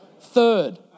Third